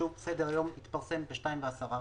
שסדר-היום התפרסם בשתיים ועשרה,